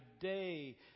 day